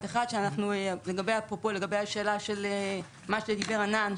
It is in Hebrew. לגבי השאלה של מה שדיבר ענאן,